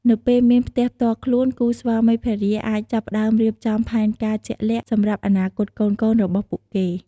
នៅពេលមានផ្ទះផ្ទាល់ខ្លួន គូស្វាមីភរិយាអាចចាប់ផ្ដើមរៀបចំផែនការជាក់លាក់សម្រាប់អនាគតកូនៗរបស់ពួកគេ។